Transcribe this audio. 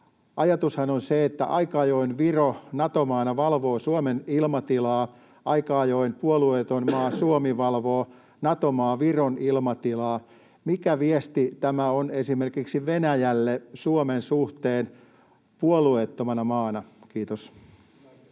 ajatushan on se, että aika ajoin Viro Nato-maana valvoo Suomen ilmatilaa, aika ajoin puolueeton maa Suomi valvoo Nato-maa Viron ilmatilaa. Mikä viesti tämä on esimerkiksi Venäjälle Suomen suhteen puolueettomana maana? — Kiitos.